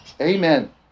Amen